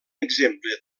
exemple